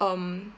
um